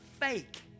fake